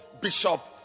Bishop